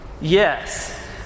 Yes